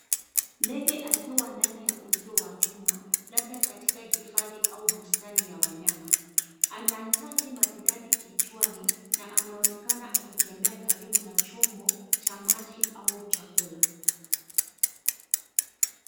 Ndege akiwa ndani ya uzio wa chuma labda katika hifadhi au bustani ya wanyama, ana taji maridadi kichwani na anaonekana akitembea karibu na chombo cha maji au chakula.